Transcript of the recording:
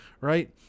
Right